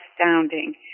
astounding